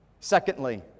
secondly